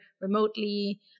remotely